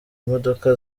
imodoka